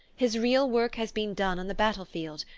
his real work has been done on the battle-field,